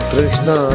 Krishna